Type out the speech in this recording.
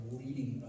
leading